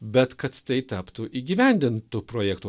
bet kad tai taptų įgyvendintu projektu